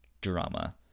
drama